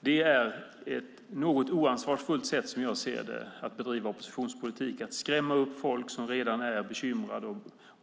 Det är ett något oansvarigt sätt, som jag ser det, att bedriva oppositionspolitik när man skrämmer upp folk som redan är bekymrade